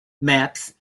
maps